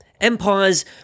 Empires